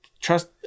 trust